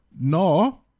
no